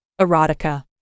erotica